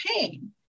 pain